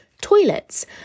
toilets